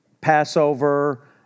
Passover